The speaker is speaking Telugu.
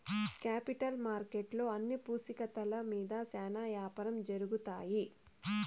కేపిటల్ మార్కెట్లో అన్ని పూచీకత్తుల మీద శ్యానా యాపారం జరుగుతాయి